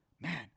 man